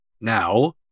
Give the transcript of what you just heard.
Now